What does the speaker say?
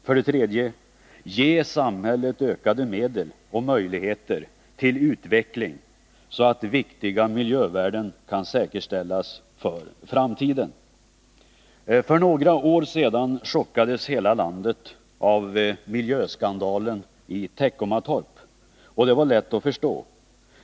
För det tredje: Ge samhället ökade medel och möjligheter till utveckling, så att viktiga miljövärden kan säkerställas för framtiden. För några år sedan chockades hela landet av miljöskandalen i Teckomatorp, och det var lätt att förstå.